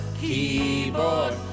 keyboard